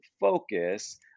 focus